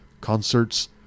concerts